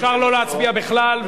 אפשר לא להצביע בכלל,